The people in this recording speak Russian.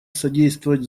содействовать